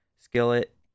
Skillet